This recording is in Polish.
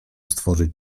stworzyć